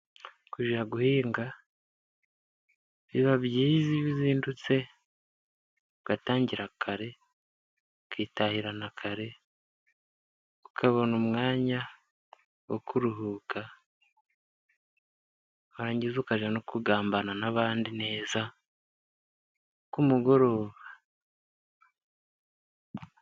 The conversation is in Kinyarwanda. Kujya guhinga biba byiza iyo uzindutse ugatangira kare, ukitahira na kare, ukabona umwanya wo kuruhuka, warangiza ukajya no kugambana n'abandi neza ku mugoroba.